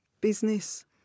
business